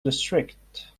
district